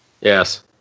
Yes